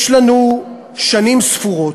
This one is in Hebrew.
יש לנו שנים ספורות,